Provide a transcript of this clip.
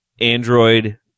Android